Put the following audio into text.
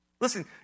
Listen